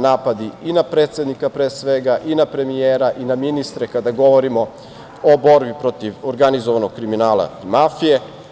napadi i na predsednika, pre svega, i na premijera i na ministre, kada govorimo o borbi protiv organizovanog kriminala i mafije.